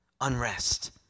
unrest